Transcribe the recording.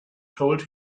told